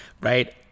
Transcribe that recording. right